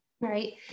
right